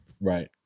Right